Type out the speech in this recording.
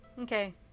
Okay